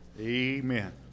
Amen